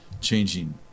changing